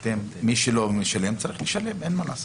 מי שלא משלם, צריך לשלם, אין מה לעשות.